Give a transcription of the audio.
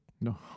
No